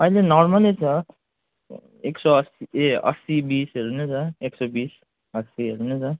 अहिले नर्मल छ एक यस असी असी बिसहरू नै छ एक सय बिस असीहरू नै छ